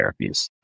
therapies